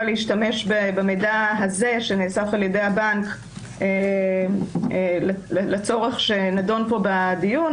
להשתמש במידע הזה שנאסף על ידי הבנק לצורך שנדון פה בדיון.